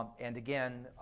um and again,